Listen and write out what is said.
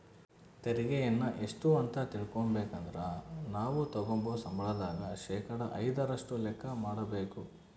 ತೆರಿಗೆಯನ್ನ ಎಷ್ಟು ಅಂತ ತಿಳಿಬೇಕಂದ್ರ ನಾವು ತಗಂಬೋ ಸಂಬಳದಾಗ ಶೇಕಡಾ ಐದರಷ್ಟು ಲೆಕ್ಕ ಮಾಡಕಬೇಕು